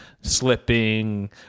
slipping